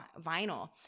vinyl